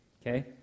okay